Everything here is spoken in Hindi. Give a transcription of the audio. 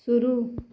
शुरू